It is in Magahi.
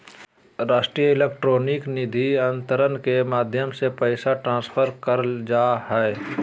राष्ट्रीय इलेक्ट्रॉनिक निधि अन्तरण के माध्यम से पैसा ट्रांसफर करल जा हय